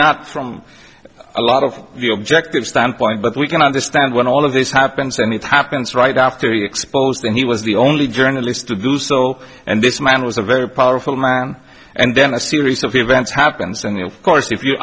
not from a lot of the objective standpoint but we can understand when all of this happens and it happens right after you expose then he was the only journalist to do so and this man was a very powerful man and then a series of events happens and of course if you